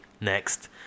Next